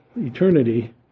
eternity